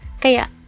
Kaya